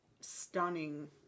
stunning